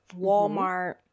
Walmart